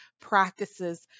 practices